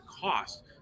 cost